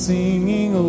singing